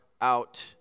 out